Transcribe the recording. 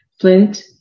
flint